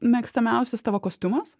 mėgstamiausias tavo kostiumas